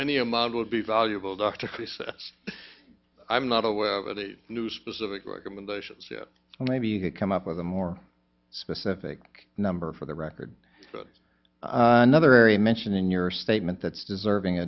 any amount would be valuable dr chris i'm not aware of the new specific recommendations so maybe you could come up with a more specific number for the record another area mentioned in your statement that's deserving